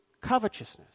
covetousness